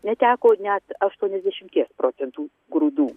neteko net aštuoniasdešimties procentų grūdų